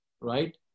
right